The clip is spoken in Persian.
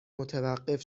متوقف